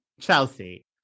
Chelsea